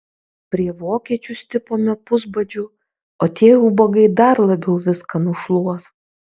prie vokiečių stipome pusbadžiu o tie ubagai dar labiau viską nušluos